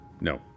No